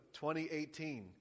2018